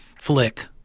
flick